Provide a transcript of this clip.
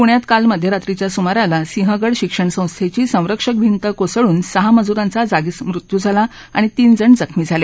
पृण्यात काल मध्यरात्रीच्या सुमाराला सिंहगड शिक्षण संस्थेची संरक्षक भिंत कोसळून सहा मजूरांचा जागीच मृत्यु झाला आणि तीन जण जखमी झाले